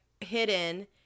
hidden